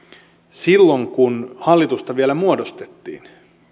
silloin kun hallitusta vielä muodostettiin